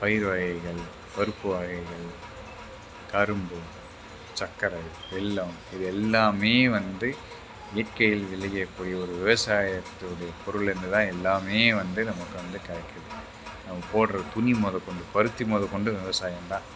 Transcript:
பயிறு வகைகள் பருப்பு வகைகள் கரும்பு சர்க்கர வெல்லம் இது எல்லாமே வந்து இயற்கையில் விளையக்கூடிய ஒரு விவசாயத்துடைய பொருளில் இருந்து தான் எல்லாமே வந்து நமக்கு வந்து கிடைக்கிது நம்ம போடுகிற துணி மொதற்கொண்டு பருத்தி மொதற்கொண்டு விவசாயம் தான்